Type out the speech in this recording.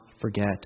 forget